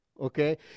okay